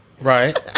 right